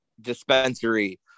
dispensary